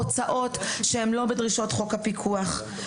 הוצאות שהם לא בדרישות חוק הפיקוח.